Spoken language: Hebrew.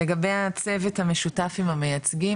לגבי הצוות המשותף עם המייצגים,